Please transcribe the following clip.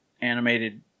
animated